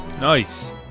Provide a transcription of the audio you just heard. Nice